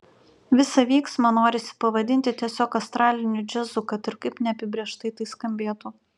visą vyksmą norisi pavadinti tiesiog astraliniu džiazu kad ir kaip neapibrėžtai tai skambėtų